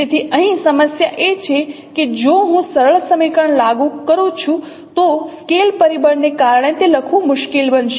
તેથી અહીં સમસ્યા એ છે કે જો હું સરળ સમીકરણ લાગુ કરું છું તો સ્કેલ પરિબળને કારણે તે લખવું મુશ્કેલ બનશે